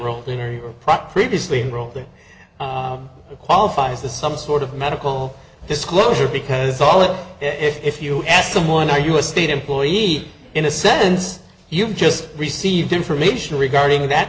prot previously wrote that it qualifies as some sort of medical disclosure because all it if you ask someone are you a state employee in a sense you've just received information regarding that